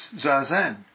Zazen